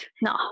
No